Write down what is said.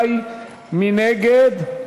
מי נגד?